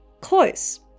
Close